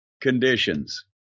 conditions